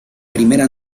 primera